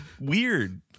Weird